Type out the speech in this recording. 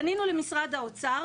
פנינו למשרד האוצר,